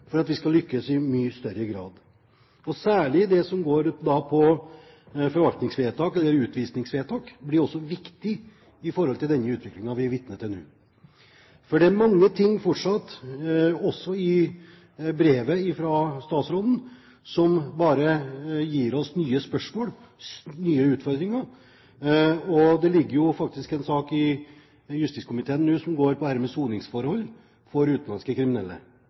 for at vi skal lykkes i mye større grad. Særlig det som går på forvaltningsvedtak eller utvisningsvedtak blir viktig i den utviklingen vi er vitne til nå. For det er fortsatt mange ting, også i brevet fra statsråden, som bare gir oss nye spørsmål, nye utfordringer, og det ligger jo faktisk en sak i justiskomiteen nå som går på dette med soningsforhold for utenlandske kriminelle.